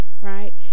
right